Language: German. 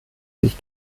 sich